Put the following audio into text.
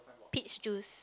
peach juice